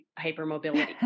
hypermobility